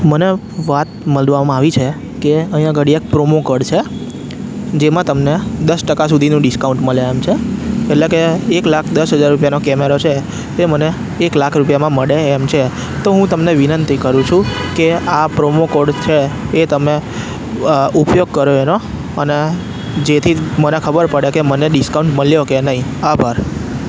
મને વાત મલવામાં આવી છે કે અહીંયા આગળ એક પ્રોમો કોડ છે જેમાં તમને દસ ટકા સુધીનું ડિસ્કાઉન્ટ મળે એમ છે એટલે કે એક લાખ દસ હજાર રૂપિયાનો કેમેરા છે એ મને એક લાખ રૂપિયામાં મળે એમ છે તો હું તમને વિનંતી કરું છું કે આ પ્રોમો કોડ છે એ તમે ઉપયોગ કર્યો એનો અને જેથી મને ખબર પડે કે મને ડિસ્કાઉન્ટ મળ્યો કે નહીં આભાર